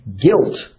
guilt